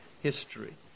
history